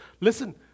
listen